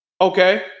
Okay